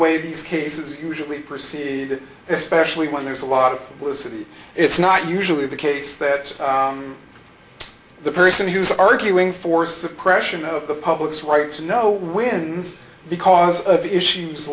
way these cases usually proceed especially when there's a lot of listening it's not usually the case that the person who's arguing for suppression of the public's right to know when because of the issues